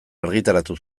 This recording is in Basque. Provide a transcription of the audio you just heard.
argitaratu